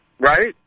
Right